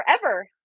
forever